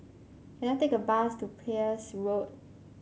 can I take a bus to Peirce Road